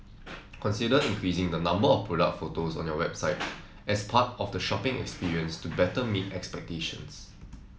consider increasing the number of product photos on your website as part of the shopping experience to better meet expectations